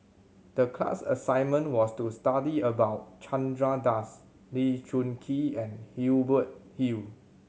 the class assignment was to study about Chandra Das Lee Choon Kee and Hubert Hill